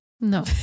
No